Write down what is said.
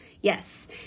yes